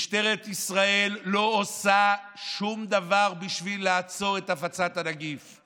משטרת ישראל לא עושה שום דבר בשביל לעצור את הפצת הנגיף.